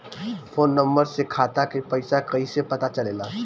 Phone number से खाता के पइसा कईसे पता चलेला?